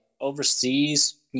overseas